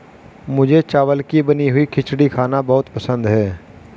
मुझे चावल की बनी हुई खिचड़ी खाना बहुत पसंद है